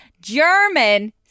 German